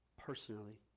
personally